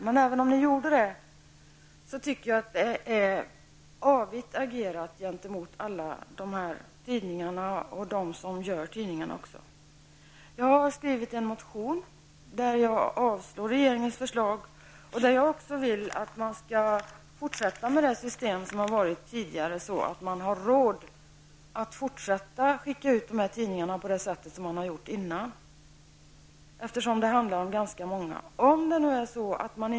Men även om ni gjorde det tycker jag att det är avogt agerat gentemot alla dessa tidningar och de som gör tidningarna. Jag har skrivit en reservation där jag avslår regeringens förslag. Jag vill att man skall fortsätta med det tidigare systemet så att man har råd att skicka ut tidningarna på samma sätt som man har gjort förut, eftersom det handlar om ganska många.